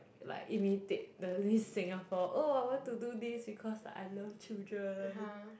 like imitate the Miss Singapore oh I want to do this because like I love children